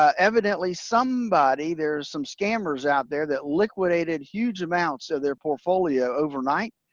ah evidently somebody there's some scammers out there that liquidated huge amounts of their portfolio overnight,